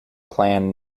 plan